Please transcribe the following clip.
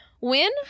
Win